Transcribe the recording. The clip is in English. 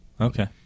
Okay